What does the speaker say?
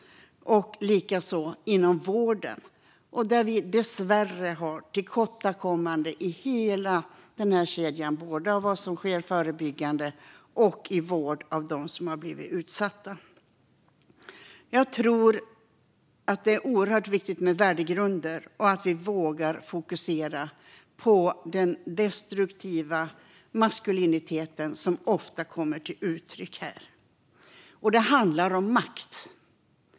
Det gäller likaså vården, där vi dessvärre har tillkortakommanden i hela kedjan. Det gäller både det som sker förebyggande och vård av dem som har blivit utsatta. Jag tror att det är oerhört viktigt med värdegrunder och att vi vågar fokusera på den destruktiva maskuliniteten, som ofta kommer till uttryck här. Det handlar om makt.